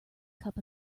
cup